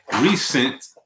recent